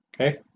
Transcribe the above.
okay